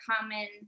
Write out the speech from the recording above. common